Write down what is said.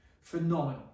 phenomenal